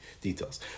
details